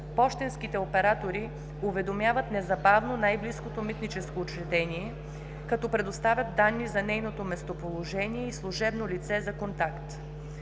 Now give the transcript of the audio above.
пощенските оператори уведомяват незабавно най-близкото митническо учреждение, като предоставят данни за нейното местоположение и служебно лице за контакт.